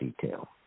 detail